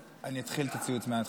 אתחיל את הציוץ מההתחלה: